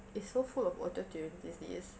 it's so full of autotune these days